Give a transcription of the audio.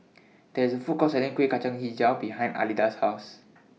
There IS A Food Court Selling Kueh Kacang Hijau behind Alida's House